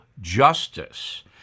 justice